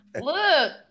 Look